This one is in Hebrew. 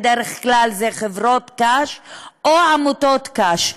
ובדרך כלל אלה חברות קש או עמותות קש,